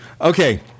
Okay